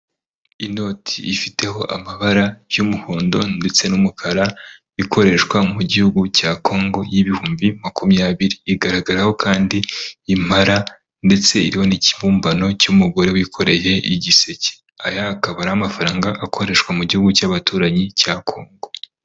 Inoti ifiteho amabara y'umuhondo ndetse n'umukara, ikoreshwa mu gihugu cya Congo y'ibihumbi makumyabiri, igaragaraho kandi impala ndetse iriho n'ikibumbano cy'umugore wikoreye igiseke, aya akaba ari amafaranga akoreshwa mu gihugu cy'abaturanyi cya Congo.